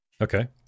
Okay